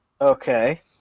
Okay